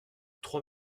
trois